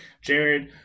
Jared